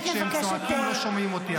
כי כשהם צועקים לא שומעים אותי.